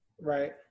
right